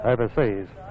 overseas